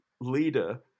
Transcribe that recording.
leader